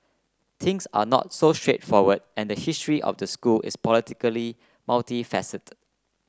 things are not so straightforward and the history of the school is politically multifaceted